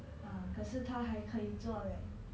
可是他还可以做